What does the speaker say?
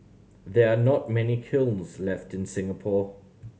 there are not many kilns left in Singapore